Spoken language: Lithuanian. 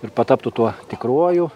ir pataptų tuo tikruoju